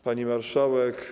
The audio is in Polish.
Pani Marszałek!